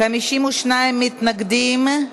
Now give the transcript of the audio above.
52 מתנגדים,